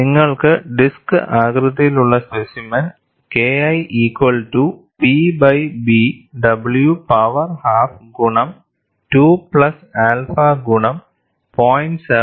നിങ്ങൾക്ക് ഡിസ്ക് ആകൃതിയിലുള്ള specimen KI equal to P by B w power half ഗുണം 2 plus alpha ഗുണം 0